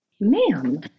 ma'am